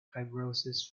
fibrosis